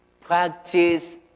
Practice